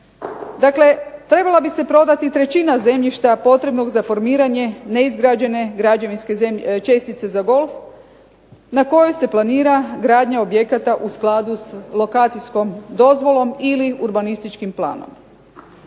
Dakle, trebala bi se prodati trećina zemljišta potrebnog za formiranje neizgrađene građevinske čestice za golf na kojoj se planira gradnja objekata u skladu s lokacijskom dozvolom ili urbanističkim planom.